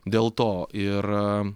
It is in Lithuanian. dėl to ir